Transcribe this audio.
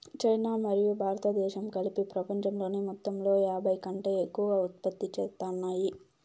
China మరియు భారతదేశం కలిసి పపంచంలోని మొత్తంలో యాభైకంటే ఎక్కువ ఉత్పత్తి చేత్తాన్నాయి